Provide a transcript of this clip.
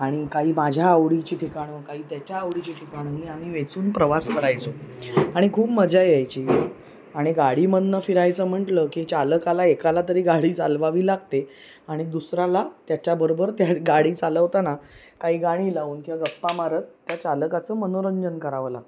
आणि काही माझ्या आवडीची ठिकाणं काही त्याच्या आवडीची ठिकाण आम्ही वेचून प्रवास करायचो आणि खूप मजा यायची आणि गाडीमधनं फिरायचं म्हंटलं की चालकाला एकाला तरी गाडी चालवावी लागते आणि दुसराला त्याच्याबरोबर त्या गाडी चालवताना काही गाणी लावून किंवा गप्पा मारक त्या चालकाचं मनोरंजन करावं लागतं